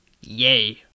Yay